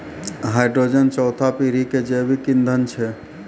hydrogen चौथा पीढ़ी के जैविक ईंधन छै